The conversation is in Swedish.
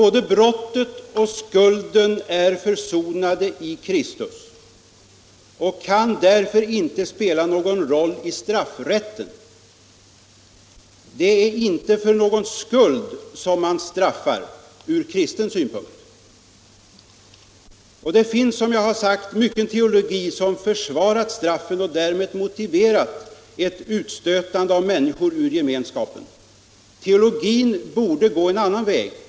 Både brott och skuld är försonade i Kristus och kan därför inte spela någon roll i straffrätten. Det är ur kristen synpunkt inte för någon skuld man straffar. Men teologin har ofta försvarat straffet och därmed motiverat ett utstötande av människor ur gemenskapen. Teologin borde gå en annan väg.